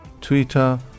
Twitter